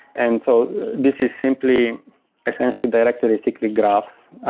and so this is simply essentially directory cyclic graphs,